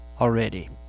already